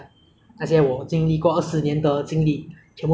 so if you had any s~ unusual superpower